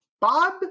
Bob